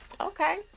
Okay